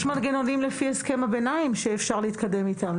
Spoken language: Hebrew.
יש מנגנונים לפי הסכם הביניים שאפשר להתקדם איתם,